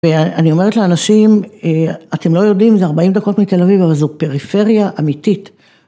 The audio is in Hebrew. ואני אומרת לאנשים, אתם לא יודעים, זה 40 דקות מתל אביב, אבל זו פריפריה אמיתית.